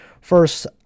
First